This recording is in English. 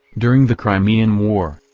during the crimean war,